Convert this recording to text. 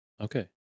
Okay